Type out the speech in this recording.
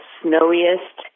snowiest